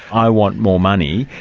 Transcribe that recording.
i want more money.